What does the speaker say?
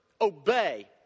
obey